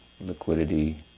liquidity